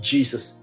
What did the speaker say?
Jesus